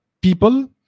people